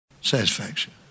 Satisfaction